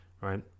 right